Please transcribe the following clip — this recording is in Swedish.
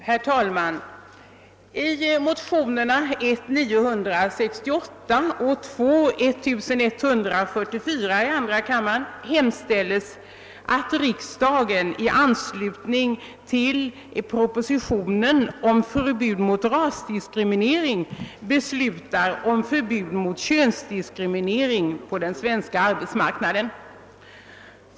Herr talman! I motionerna I: 968 och II: 1144 hemställes, att riksdagen i anslutning till propositionen om förbud mot rasdiskriminering beslutar om förbud mot könsdiskriminering på den svenska arbetsmarknaden.